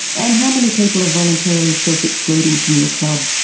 and how many people are voluntarily self-excluding from your club?